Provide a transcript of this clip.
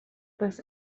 this